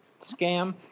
scam